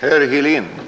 Herr talman!